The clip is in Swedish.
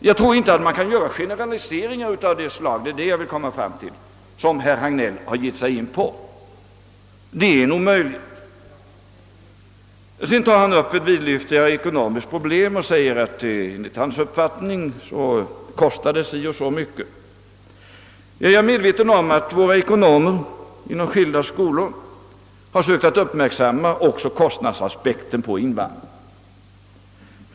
Jag tror inte att man kan göra generaliseringar av det slag som herr Hagnell har givit sig in på. Sedan tar herr Hagnell upp ett vidlyftigare ekonomiskt problem och säger att det enligt hans uppfattning kostar så och så mycket. Jag är medveten om att våra ekonomer inom skilda skolor har sökt uppmärksamma även kostnadsaspekten på invandringen.